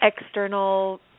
external